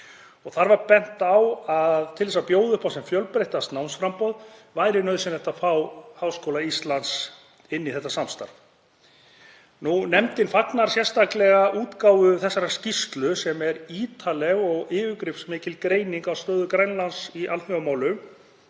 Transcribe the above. Þar var bent á að til þess að bjóða upp á fjölbreyttara námsframboð væri nauðsynlegt að fá Háskóla Íslands inn í þetta samstarf. Nefndin fagnar sérstaklega útgáfu þessarar skýrslu sem er ítarleg og yfirgripsmikil greining á stöðu Grænlands í alþjóðamálum